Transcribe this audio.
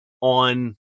on